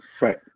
Right